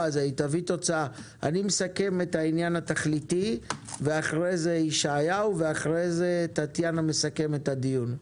אני מסכם את העניין התכליתי ואז ישעיהו וטטיאנה תסכם את הדיון.